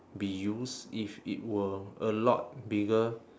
be used if it were a lot bigger